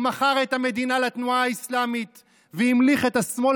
הוא מכר את המדינה לתנועה האסלמית והמליך את השמאל